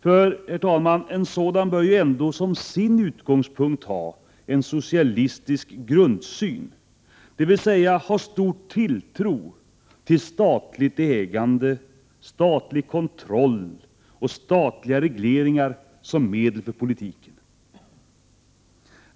För en sådan bör ju ändå som sin utgångspunkt ha en socialistisk grundsyn, herr talman, dvs. ha stor tilltro till statligt ägande, statlig kontroll och statliga regleringar som medel för politiken.